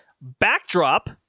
Backdrop